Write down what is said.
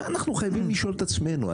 אנחנו חייבים לשאול את עצמנו.